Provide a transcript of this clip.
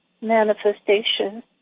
manifestation